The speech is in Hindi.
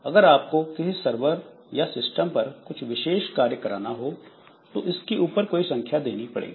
अगर आपको किसी सर्वर या सिस्टम पर कुछ विशेष कार्य कराना हो तो इसके ऊपर कोई संख्या देनी पड़ेगी